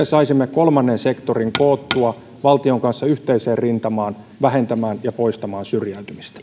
saisimme kolmannen sektorin koottua valtion kanssa yhteiseen rintamaan vähentämään ja poistamaan syrjäytymistä